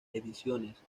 ediciones